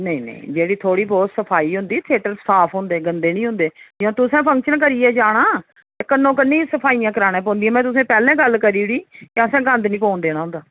नेईं नेईं जेह्ड़ी थोह्ड़ी बोह्त सफाई होंदी थेटर साफ होंदे गंदे नी होंदे जां तुसें फंक्शन करियै जाना कन्नो कन्नै गै सफाइयां करनियां पौंदियां में तुसें पैह्लें गल्ल करी ओड़ी असें गंद नी पौन देना होंदा